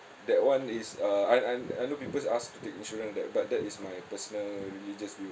that one is uh I I I know people asked to take insurance that but that is my personal religious view